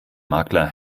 makler